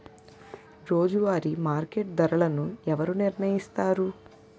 రోజువారి మార్కెట్ ధరలను ఎవరు నిర్ణయిస్తారు?